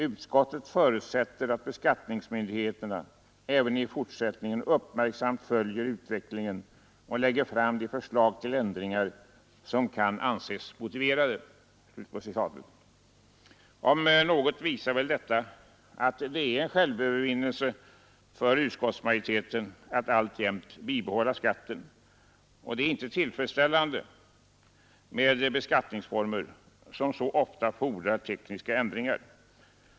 Utskottet förutsätter att beskattningsmyndigheterna även i fortsättningen uppmärksamt följer utvecklingen och lägger fram de förslag till ändringar som kan anses motiverade.” Detta om något visar väl att det är en självövervinnelse för utskottsmajoriteten att alltjämt bibehålla skatten. Det är inte tillfredsställande med beskattningsformer som så ofta som denna fordrar tekniska ändringar.